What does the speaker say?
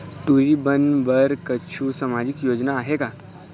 टूरी बन बर कछु सामाजिक योजना आहे का?